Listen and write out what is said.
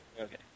Okay